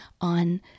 on